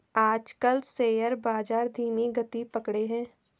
आजकल शेयर बाजार धीमी गति पकड़े हैं